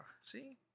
see